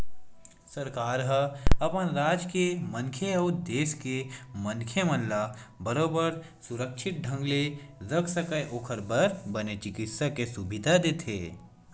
सरकार ह अपन राज के मनखे अउ देस के मनखे मन ला बरोबर सुरक्छित ढंग ले रख सकय ओखर बर बने चिकित्सा के सुबिधा देथे